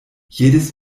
jedes